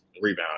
rebound